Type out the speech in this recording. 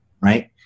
right